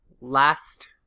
last